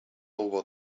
over